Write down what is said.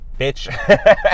bitch